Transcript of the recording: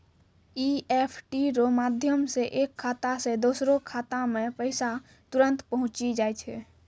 EFT रो माध्यम से एक खाता से दोसरो खातामे पैसा तुरंत पहुंचि जाय छै